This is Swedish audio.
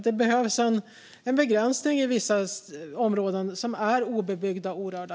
Det behövs en begränsning i vissa områden som i dag är obebyggda och orörda.